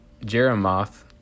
Jeremoth